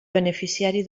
beneficiari